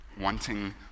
wanting